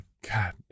God